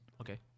Okay